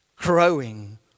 growing